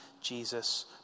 Jesus